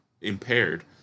impaired